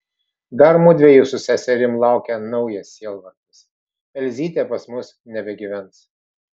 dar mudviejų su seserim laukia naujas sielvartas elzytė pas mus nebegyvens